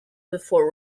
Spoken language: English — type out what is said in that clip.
before